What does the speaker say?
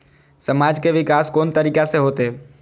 समाज के विकास कोन तरीका से होते?